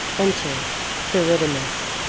enter theridamas,